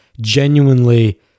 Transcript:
genuinely